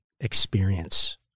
experience